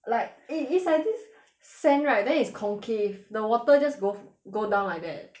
like eh is like this sand right then is concave the water just go go down like that